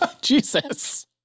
Jesus